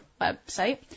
website